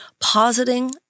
positing